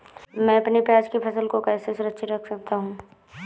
मैं अपनी प्याज की फसल को कैसे सुरक्षित रख सकता हूँ?